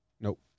Nope